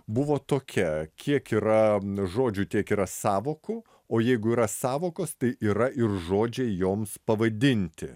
buvo tokia kiek yra žodžių tiek yra sąvokų o jeigu yra sąvokos tai yra ir žodžiai joms pavadinti